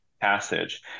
passage